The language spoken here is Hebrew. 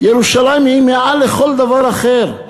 ירושלים היא מעל לכל דבר אחר.